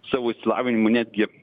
savo išsilavinimu netgi